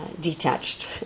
detached